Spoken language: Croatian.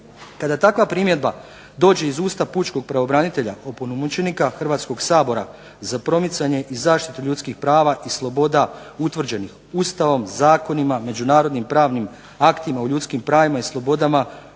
Kada takva primjedba dođe iz usta pučkog pravobranitelja opunomoćenika Hrvatskog sabora za promicanje i zaštitu ljudskih prava i sloboda utvrđenih Ustavom zakonima, međunarodnim pravnim aktima o ljudskim pravima i slobodama